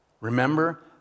remember